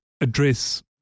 address